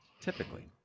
Typically